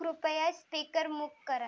कृपया स्पीकर मूक करा